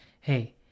hey